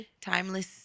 timeless